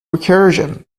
recursion